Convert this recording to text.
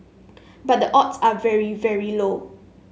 but the odds are very very low